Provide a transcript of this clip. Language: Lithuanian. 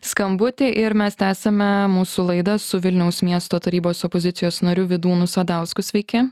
skambutį ir mes tęsiame mūsų laidą su vilniaus miesto tarybos opozicijos nariu vydūnu sadausku sveiki